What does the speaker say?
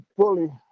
fully